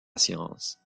science